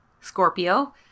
Scorpio